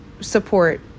support